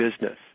business